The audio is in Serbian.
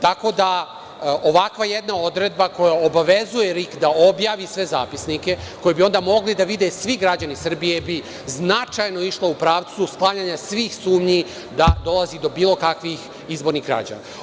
Tako da, ovakva jedna odredba koja obavezuje RIK da objavi sve zapisnike koje bi onda mogli da vide svi građani Srbije bi značajno išlo u pravcu skladanja svih sumnji da dolazi do bilo kakvih izbornih krađa.